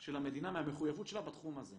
של המדינה מהמחויבות שלה בתחום הזה.